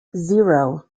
zero